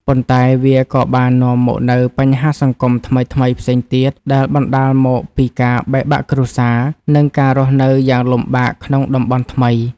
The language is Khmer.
ប៉ុន្តែវាក៏បាននាំមកនូវបញ្ហាសង្គមថ្មីៗផ្សេងទៀត ដែលបណ្តាលមកពីការបែកបាក់គ្រួសារ និងការរស់នៅយ៉ាងលំបាកក្នុងតំបន់ថ្មី។